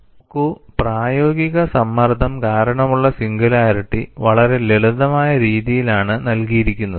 നോക്കൂ പ്രായോഗിക സമ്മർദ്ദം കാരണമുള്ള സിംഗുലാരിറ്റി വളരെ ലളിതമായ രീതിയിലാണ് നൽകിയിരിക്കുന്നത്